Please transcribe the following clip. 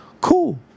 Cool